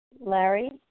Larry